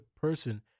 person